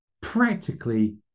practically